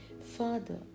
father